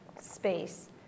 space